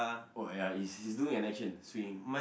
oh ya he's he's doing an action swinging